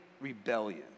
rebellion